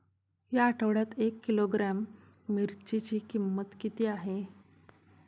या आठवड्यात एक किलोग्रॅम मिरचीची किंमत किती आहे?